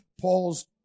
Paul's